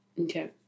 Okay